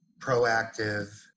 proactive